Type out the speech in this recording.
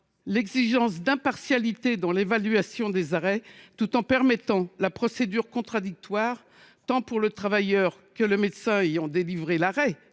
l’exigence d’impartialité dans l’évaluation des arrêts maladie, tout en permettant la procédure contradictoire, tant pour le travailleur que pour le médecin ayant délivré l’arrêt,